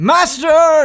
Master